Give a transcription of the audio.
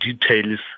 details